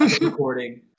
recording